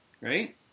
right